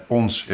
ons